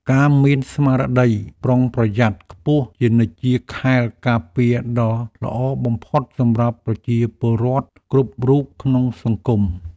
ការមានស្មារតីប្រុងប្រយ័ត្នខ្ពស់ជានិច្ចជាខែលការពារដ៏ល្អបំផុតសម្រាប់ប្រជាពលរដ្ឋគ្រប់រូបក្នុងសង្គម។